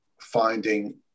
finding